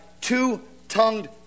two-tongued